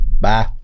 Bye